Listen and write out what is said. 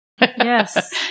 Yes